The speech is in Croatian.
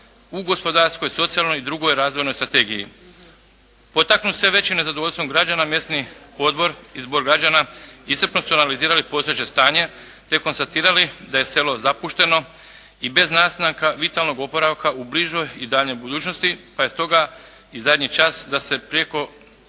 u gospodarskoj, socijalnoj i drugoj razvojnoj strategiji. Potaknut sve većim nezadovoljstvom građana Mjesni odbor i Zbor građana iscrpno su analizirali postojeće stanje te konstatirali da je selo zapušteno i vez naznaka vitalnog oporavka u bližoj i daljnjoj budućnosti pa je stoga i zadnji čas da se prijeko,